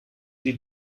sie